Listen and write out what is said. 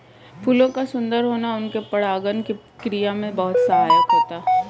फूलों का सुंदर होना उनके परागण की क्रिया में बहुत सहायक होता है